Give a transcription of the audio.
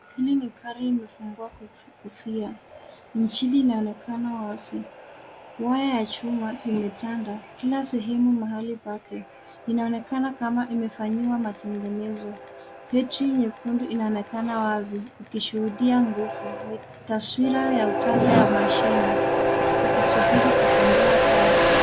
Hili ni gari limefungwa kofia, injini inaonekana wazi. Waya ya chuma imetanda kila sehemu mahali pake . Inaonekana kama imefanyiwa matengenezo . Battery nyekundu inaonekana wazi ukishuhudia nguvu taswira ya uchane ya mashini ikisubiri kutendewa kazi.